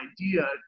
idea